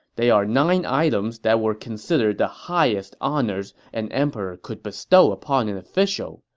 they are nine items that were considered the highest honors an emperor could bestow upon an official.